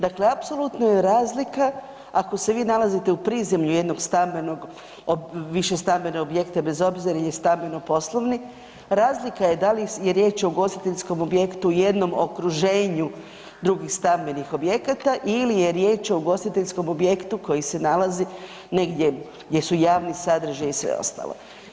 Dakle, apsolutno je razlika ako se vi nalazite u prizemlju jednog višestambenog objekta bez obzira jel je stambeno-poslovni, razlika je da li je riječ o ugostiteljskom objektu, jednom okruženju drugih stambenih objekata ili je riječ o ugostiteljskom objektu koji se nalazi negdje gdje su javni sadržaji i sve ostalo.